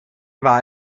war